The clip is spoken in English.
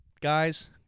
Guys